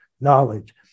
knowledge